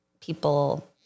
people